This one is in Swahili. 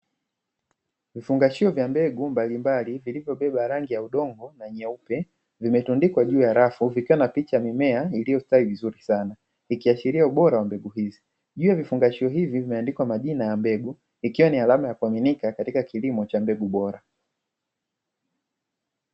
Vifungashio vya mbegu mbalimbali vilivyobeba rangi ya udongo na nyeupe vimetundikwa juu ya rafu vikiwa na picha ya mimea iliyostawi vizuri sana ikiashiria ubora wa mbegu hizi. Juu ya vifungashio hivi vimeandikwa majina ya mbegu ikiwa ni alama ya kuaminika katika kilimo cha mbegu bora.